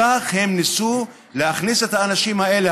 כך הם ניסו להכניס את האנשים האלה,